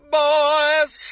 boys